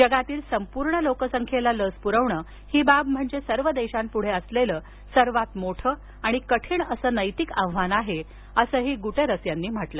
जगातील संपूर्ण लोकसंख्येला लस पूरविण ही बाब म्हणजे सर्व देशांपुढे असलेलं सर्वात मोठं आणि कठीण असं नैतिक आव्हान आहे असंही ते म्हणाले